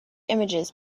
images